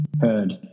heard